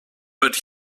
but